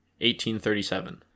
1837